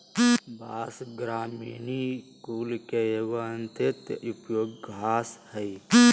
बाँस, ग्रामिनीई कुल के एगो अत्यंत उपयोगी घास हइ